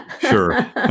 Sure